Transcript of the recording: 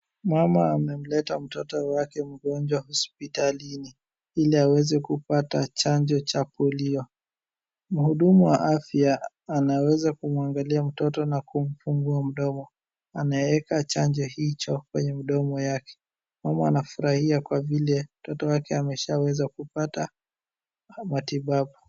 Mama amemleta mtoto wake mgonjwa hospitalini, Ili aweze kupata chanjo cha Polio. Mhudumu wa afya anaweza kumwangalia mtoto na kummfungua mdomo, anaeka chanjo hicho kwenye mdomo yake. Mama anafurahia kwa vile mtoto wake ameshaweza kupata matibabu.